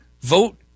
Vote